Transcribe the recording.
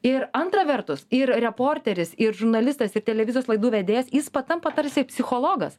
ir antra vertus ir reporteris ir žurnalistas ir televizijos laidų vedėjas jis patampa tarsi psichologas